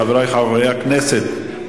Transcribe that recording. חברי חברי הכנסת,